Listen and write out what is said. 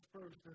first